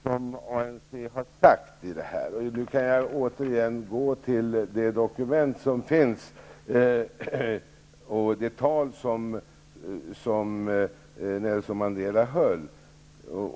Herr talman! Jag begärde närmast ordet därför att Hugo Hegeland åberopade personer som inte är närvarande. Det avgörande är vad ANC i detta ärende har sagt. Jag kan återigen gå till det dokument som finns och det tal som Nelson Mandela höll.